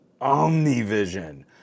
Omnivision